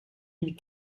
mille